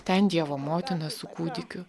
ten dievo motina su kūdikiu